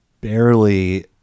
barely